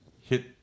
hit